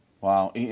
Wow